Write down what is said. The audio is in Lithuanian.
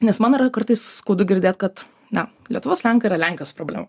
nes man yra kartais skaudu girdėt kad na lietuvos lenkai yra lenkijos problema